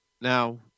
Now